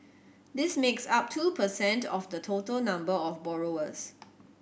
this makes up two per cent of the total number of borrowers